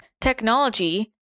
technology